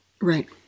Right